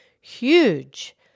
huge